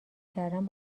کردن